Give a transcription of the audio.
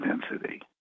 density